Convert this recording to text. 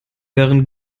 wären